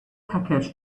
package